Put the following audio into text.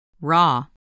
RAW